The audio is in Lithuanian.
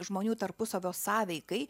žmonių tarpusavio sąveikai